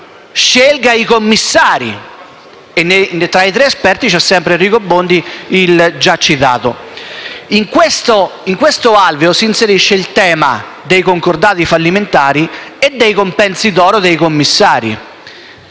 scelga i suoi commissari. Tra i tre esperti c'è il già citato Enrico Bondi. In questo alveo si inserisce il tema dei concordati fallimentari e dei compensi d'oro dei commissari